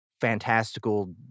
fantastical